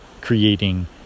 creating